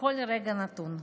בכל רגע נתון.